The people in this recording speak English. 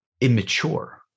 immature